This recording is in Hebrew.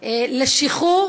לשחרור